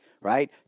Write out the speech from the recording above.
right